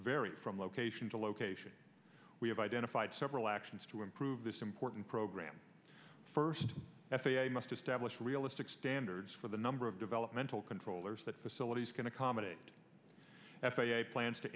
varies from location to location we have identified several actions to improve this important program first f a a must establish realistic standards for the number of developmental controllers that facilities can accommodate f a a plans to